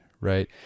right